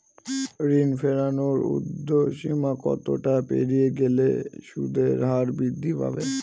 ঋণ ফেরানোর উর্ধ্বসীমা কতটা পেরিয়ে গেলে সুদের হার বৃদ্ধি পাবে?